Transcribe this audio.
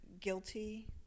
Guilty